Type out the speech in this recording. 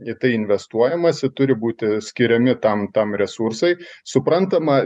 į tai investuojama turi būti skiriami tam tam resursai suprantama